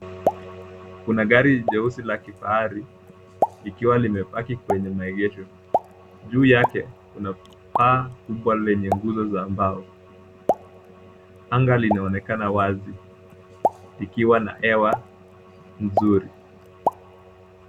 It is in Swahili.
Kuna gari jeusi la kifahari likiwa limepaki kwenye maegesho. Juu yake kuna paa kubwa lenye nguzo za mbao. Anga linaonekana wazi ikiwa na hewa nzuri.